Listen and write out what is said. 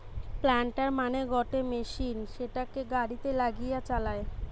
planter মানে গটে machine সিটোকে গাড়িতে লাগিয়ে চালায়